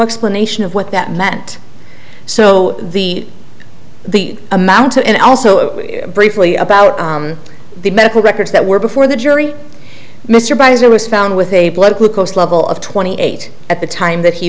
explanation of what that meant so the the amount and also briefly about the medical records that were before the jury mr baez who was found with a blood glucose level of twenty eight at the time that he